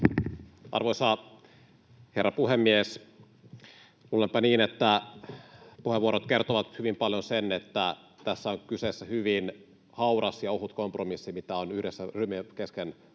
Arvoisa herra puhemies! Luulenpa, että puheenvuorot kertovat hyvin paljon siitä, että tässä on kyseessä hyvin hauras ja ohut kompromissi, mitä on yhdessä ryhmien kesken